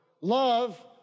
Love